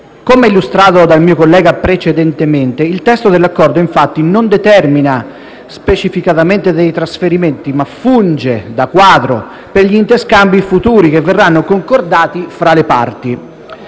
Come illustrato dal collega precedentemente, il testo dell'Accordo, infatti, non determina specificatamente dei trasferimenti, ma funge da quadro per gli interscambi futuri, che verranno concordati fra le parti.